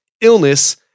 illness